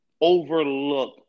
overlook